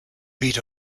beat